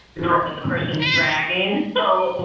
you know that the person's dragging, so well,